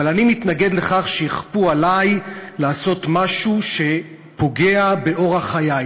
אבל אני מתנגד לכך שיכפו עלי לעשות משהו שפוגע באורח חיי.